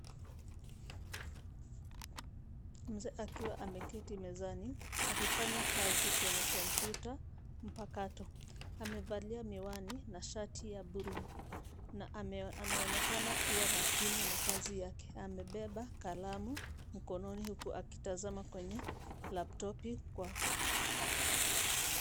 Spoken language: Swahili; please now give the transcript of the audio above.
Mzee akiwa ameketi mezani akifanya kazi kwenye komputa mpakato, amevalia miwani na shati ya bluu na anaonekana kuwa makini na kazi yake amebeba kalamu mkononi huku akitazama kwenye laptopi kwa...